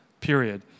period